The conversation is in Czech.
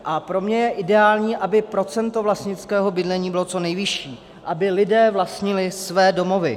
A pro mě je ideální, aby procento vlastnického bydlení bylo co nejvyšší, aby lidé vlastnili své domovy.